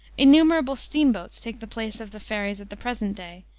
innumerable steamboats take the place of the wherries at the present day,